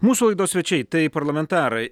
mūsų laidos svečiai tai parlamentarai